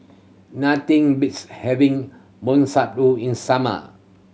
nothing beats having in summer